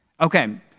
Okay